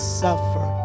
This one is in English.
suffer